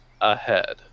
ahead